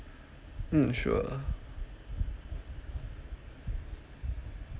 mm sure